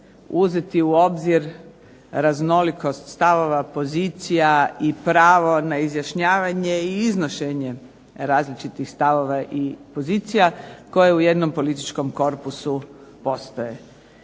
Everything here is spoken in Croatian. uzeti u obzir raznolikost stavova, pozicija i pravo na izjašnjavanje i iznošenje različitih stavova i pozicija koje u jednom političkom korpusu postoje.